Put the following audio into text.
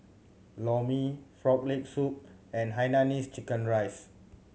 Lor Mee Frog Leg Soup and hainanese chicken rice